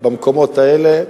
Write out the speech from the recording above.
במקומות האלה,